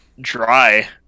dry